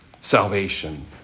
salvation